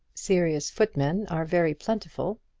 serious footmen are very plentiful,